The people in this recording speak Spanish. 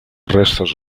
restos